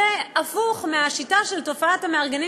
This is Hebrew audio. זה הפוך מהשיטה של תופעת המארגנים,